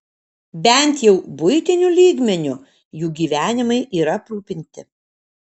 bent jau buitiniu lygmeniu jų gyvenimai yra aprūpinti